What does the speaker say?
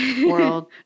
world